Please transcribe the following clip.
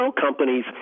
companies